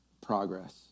progress